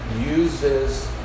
uses